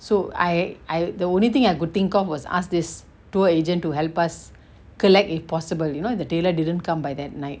so I I the only thing I could think of was ask this tour agent to help us collect if possible you know the tailor didn't come by that night